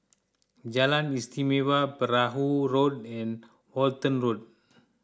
Jalan Istimewa Perahu Road and Walton Road